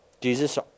Jesus